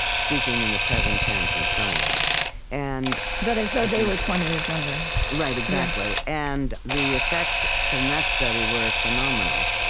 speaking in the present tense and so on and but as though they were twenty years younger right, exactly. and the effects from that study were phenomenal,